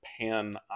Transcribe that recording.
pan